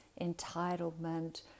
entitlement